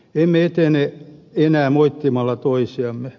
emme etene enää moittimalla toisiamme